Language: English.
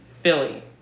Philly